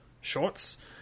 shorts